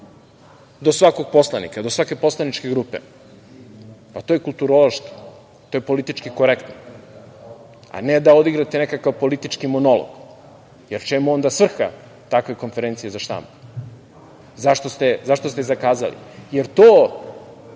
do svakog poslanika, do svake poslaničke grupe. To je kulturološki, to je politički korektno, a ne da odigrate nekakav politički monolog, jer čemu onda svrha takve konferencije za štampu. Zašto ste je zakazali? Jel to